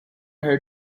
had